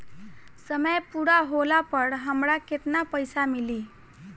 समय पूरा होला पर हमरा केतना पइसा मिली?